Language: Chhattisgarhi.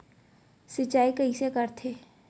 सिंचाई कइसे करथे?